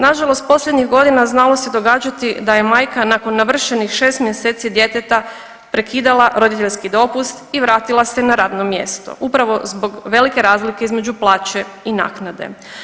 Nažalost posljednjih godina znalo se događati da je majka nakon navršenih 6 mjeseci djeteta prekidala roditeljski dopust i vratila se na radno mjesto upravo zbog velike razlike između plaće i naknade.